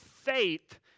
faith